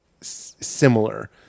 similar